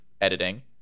editing